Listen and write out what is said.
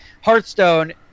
Hearthstone